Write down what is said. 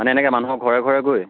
মানে এনেকৈ মানুহ ঘৰে ঘৰে গৈ